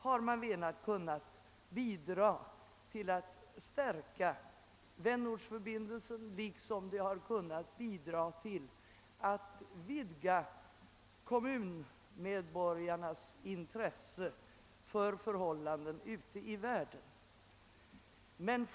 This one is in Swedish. Man har menat att detta har bidragit till att stärka vänortsförbindelsen och vidga kommunmedborgarnas intresse för förhållanden ute i världen.